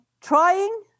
trying